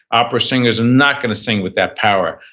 opera singers are not going to sing with that power.